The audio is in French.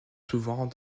souvent